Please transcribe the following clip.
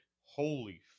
Holy